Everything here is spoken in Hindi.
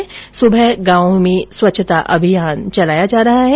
इसके तहत सुबह गांव में स्वच्छता अभियान चलाया जा रहा है